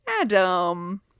Adam